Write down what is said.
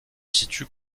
situe